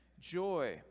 joy